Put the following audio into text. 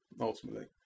ultimately